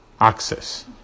access